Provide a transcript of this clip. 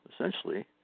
essentially